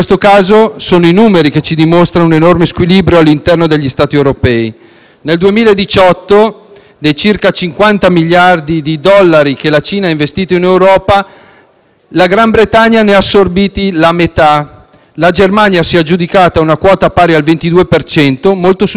dei circa 50 miliardi di dollari che la Cina ha investito in Europa, la Gran Bretagna ne ha assorbiti la metà, mentre la Germania si è aggiudicata una quota pari al 22 per cento, molto superiore a quella dell'Italia, stimata intorno a 15 punti percentuali. È un *trend*,